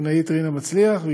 העיתונאית רינה מצליח,